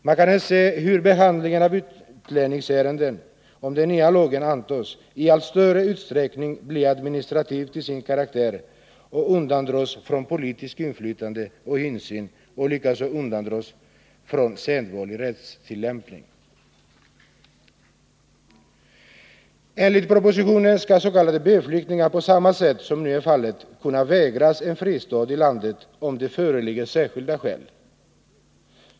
Man kan här se hur behandlingen av utlänningsärenden, om den nya lagen antas, i allt större utsträckning blir administrativ till sin karaktär och undandras från politiskt inflytande och insyn: likaså undandras den från sedvanlig rättstillämpning. Enligt propositionen skall s.k. B-flyktingar, på samma sätt som nu är fallet, kunna vägras en fristad i landet om det föreligger särskilda skäl.